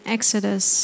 Exodus